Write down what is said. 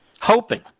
hoping